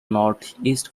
northeast